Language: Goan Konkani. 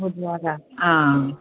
मदल्या वाड्यार आं